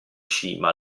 cima